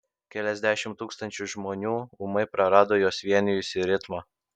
keliasdešimt tūkstančių žmonių ūmai prarado juos vienijusį ritmą